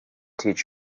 teach